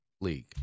league